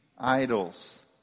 idols